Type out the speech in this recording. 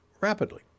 rapidly